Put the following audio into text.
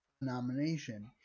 nomination